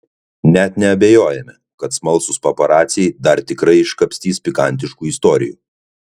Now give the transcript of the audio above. net neabejojame kad smalsūs paparaciai dar tikrai iškapstys pikantiškų istorijų